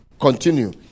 Continue